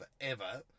forever